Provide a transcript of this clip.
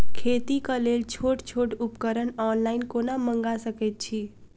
खेतीक लेल छोट छोट उपकरण ऑनलाइन कोना मंगा सकैत छी?